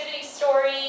story